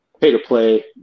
pay-to-play